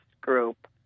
group